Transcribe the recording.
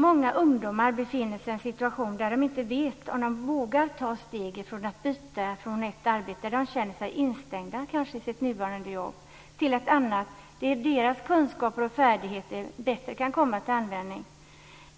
Många ungdomar befinner sig i en situation där de inte vet om de vågar ta steget att byta från ett arbete där de känner sig instängda till ett annat där deras kunskaper och färdigheter kan komma till bättre användning.